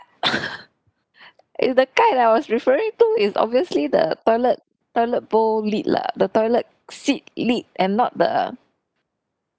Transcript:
is the gai that I was referring to is obviously the toilet toilet bowl lid lah the toilet seat lid and not the